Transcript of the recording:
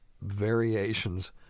variations